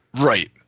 Right